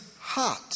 heart